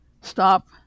stop